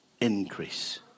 increase